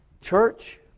Church